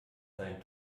seinen